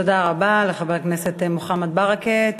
תודה רבה לחבר הכנסת מוחמד ברכה.